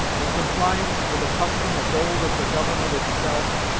in compliance with a custom as old as the government itself,